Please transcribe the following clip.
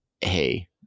hey